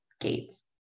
gates